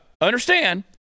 understand